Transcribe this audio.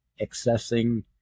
accessing